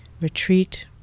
retreat